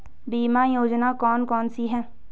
बीमा योजना कौन कौनसी हैं?